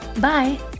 Bye